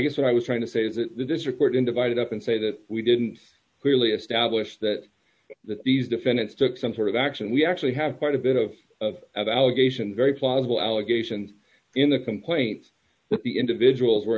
guess what i was trying to say is that the district court in divided up and say that we didn't clearly establish that that these defendants took some sort of action we actually have quite a bit of that allegation very plausible allegations in the complaint that the individuals were